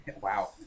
Wow